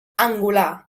angular